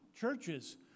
churches